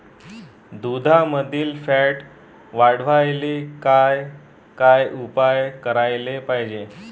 दुधामंदील फॅट वाढवायले काय काय उपाय करायले पाहिजे?